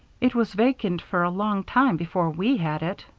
it was vacant for a long time before we had it.